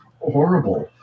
horrible